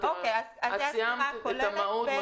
סיימת את המהות?